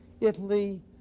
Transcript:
Italy